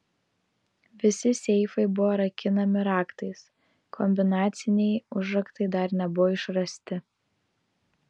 visi seifai buvo rakinami raktais kombinaciniai užraktai dar nebuvo išrasti